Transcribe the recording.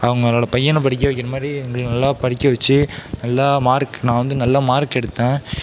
அவங்களோட பையனை படிக்க வைக்கிற மாதிரி எங்களை நல்லா படிக்க வைச்சி நல்லா மார்க் நான் வந்து நல்லா மார்க் எடுத்தேன்